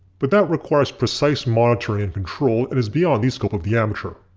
but that requires precise monitoring and control and is beyond the scope of the amateur.